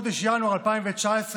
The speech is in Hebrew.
בחודש ינואר 2019,